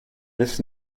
this